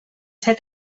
ser